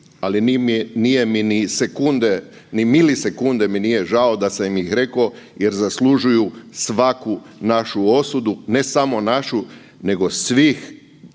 ali nije mi ni sekunde, ni milisekunde mi nije žao da sam ih reko jer zaslužuju svaku našu osudu, ne samo našu nego svih